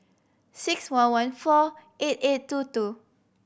six one one four eight eight two two